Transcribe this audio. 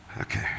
Okay